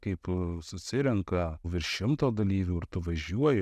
kaip susirenka virš šimto dalyvių ir tu važiuoji